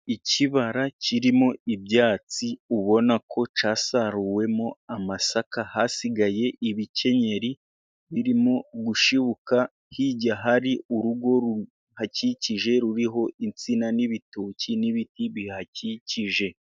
Ikibara kirimo ibyatsi ubona ko cyasaruwemo amasaka, hasigaye ibikenyeri birimo gushibuka. Hijya hari urugo ruhakikije ruriho insina n'ibitoki n'ibiti bihakikije.